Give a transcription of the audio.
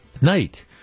night